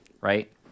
right